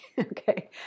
Okay